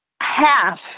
half